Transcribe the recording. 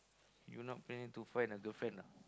you not planning to find a girlfriend ah